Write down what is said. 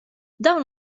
dawn